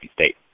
State